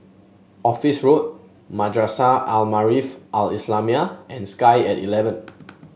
Office Road Madrasah Al Maarif Al Islamiah and Sky at eleven